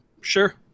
Sure